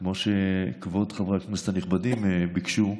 כמו שכבוד חברי הכנסת הנכבדים ביקשו,